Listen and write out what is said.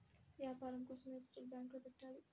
వ్యాపారం కోసం ఏ పత్రాలు బ్యాంక్లో పెట్టాలి?